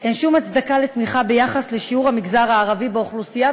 אין הצדקה לתמיכה ביחס לשיעור המגזר הערבי באוכלוסייה,